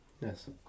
Yes